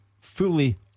fully